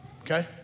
okay